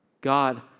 God